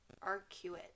arcuate